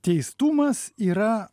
teistumas yra